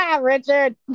richard